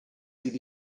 sydd